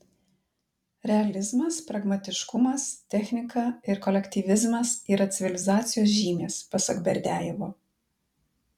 realizmas pragmatiškumas technika ir kolektyvizmas yra civilizacijos žymės pasak berdiajevo